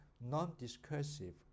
non-discursive